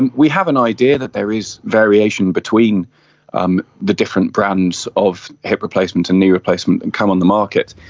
and we have an idea that there is variation between um the different brands of hip replacements and knee replacements that and come on the market.